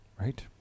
Right